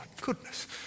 goodness